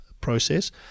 process